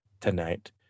tonight